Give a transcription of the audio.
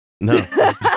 No